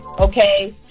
okay